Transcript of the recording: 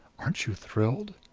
aren't you thrilled?